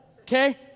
okay